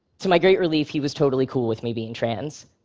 to my great relief, he was totally cool with me being trans,